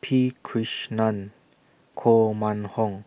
P Krishnan Koh Mun Hong